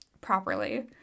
properly